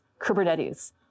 Kubernetes